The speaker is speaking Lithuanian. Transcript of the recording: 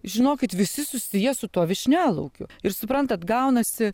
žinokit visi susiję su tuo vyšnialaukiu ir suprantat gaunasi